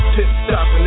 Pit-stop